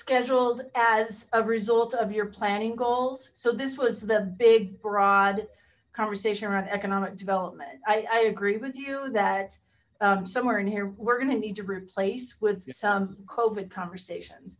scheduled as a result of your planning goals so this was the big broad conversation around economic development i i agree with you that somewhere in here we're going to need to replace with some kovach conversation